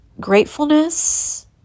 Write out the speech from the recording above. gratefulness